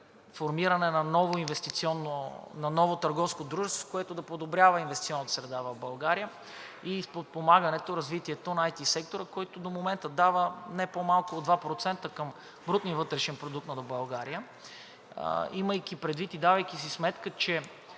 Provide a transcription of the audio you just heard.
формиране на ново търговско дружество, което да подобрява инвестиционната среда в България и с подпомагане развитието на IT сектора, който до момента дава не по-малко от 2% към брутния вътрешен продукт на България, имайки предвид и давайки си сметка, че